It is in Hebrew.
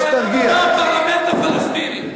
השלב הבא: הפרלמנט הפלסטיני.